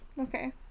Okay